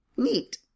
neat